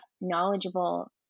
knowledgeable